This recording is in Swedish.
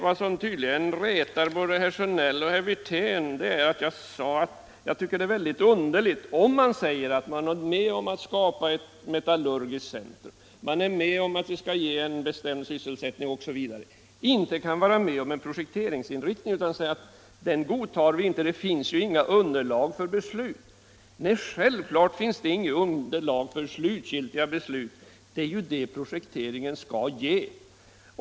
Vad som tydligen retar både herr Sjönell och herr Wirtén är att jag sade att jag tycker att det är mycket underligt om man säger att man är med på att skapa ett metallurgiskt centrum, man är med om att det skall ge en bestämd sysselsättning osv. —- men inte kan vara med om en projekteringsinriktning utan säger: Den godtar vi inte. Det finns inget underlag för beslut. Nej, självfallet finns det inget underlag för slutgiltiga beslut. Det är det projekteringen skall ge!